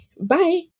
Bye